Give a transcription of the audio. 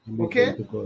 okay